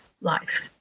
life